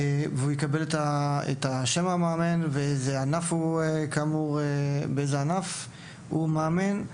זה שם המאמן ובאיזה ענף הוא מאמן.